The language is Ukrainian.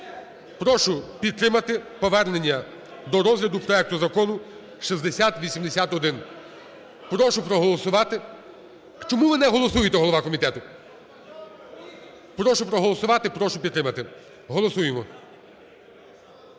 Прошу підтримати повернення до розгляду проекту Закону 6081. Прошу проголосувати. Чому ви не голосуєте, голова комітету? Прошу проголосувати, прошу підтримати. Голосуємо.